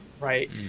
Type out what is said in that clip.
right